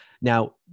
Now